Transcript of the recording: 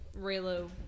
Raylo